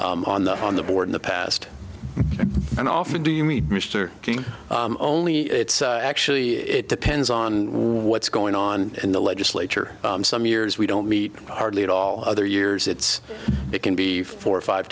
industry on the on the board in the past and often do you mean mr only it's actually it depends on what's going on in the legislature some years we don't meet hardly at all other years it's it can be four or five